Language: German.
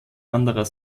anderer